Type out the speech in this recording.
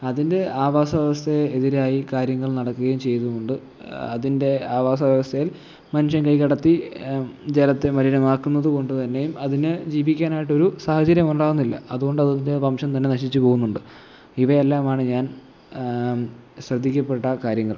അതിൻ്റെ ആവാസ വ്യവസ്ഥയെ എതിരായി കാര്യങ്ങൾ നടക്കുകയും ചെയ്തുകൊണ്ട് അതിൻ്റെ ആവാസ വ്യവസ്ഥയിൽ മനുഷ്യൻ കൈ കടത്തി ജലത്തെ മലിനമാക്കുന്നതുകൊണ്ട് തന്നെയും അതിന് ജീവിക്കാനായിട്ടൊരു സാഹചര്യം ഉണ്ടാവുന്നില്ല അതുകൊണ്ടതിൻ്റെ വംശം തന്നെ നശിച്ച് പോവുന്നുണ്ട് ഇവയെല്ലാമാണ് ഞാൻ ശ്രദ്ധിക്കപ്പെട്ട കാര്യങ്ങൾ